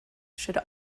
should